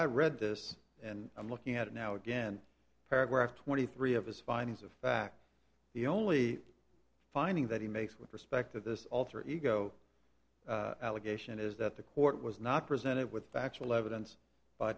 i read this and i'm looking at it now again paragraph twenty three of his findings of fact the only finding that he makes with respect to this alter ego allegation is that the court was not presented with factual evidence by